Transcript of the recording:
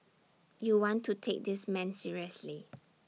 you want to take this man seriously